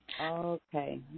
Okay